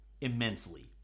immensely